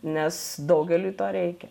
nes daugeliui to reikia